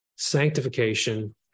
sanctification